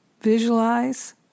Visualize